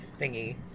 thingy